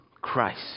Christ